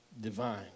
divine